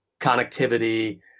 connectivity